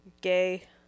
Gay